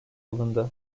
alındı